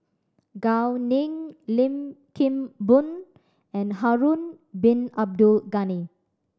Gao Ning Lim Kim Boon and Harun Bin Abdul Ghani